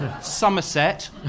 Somerset